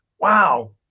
wow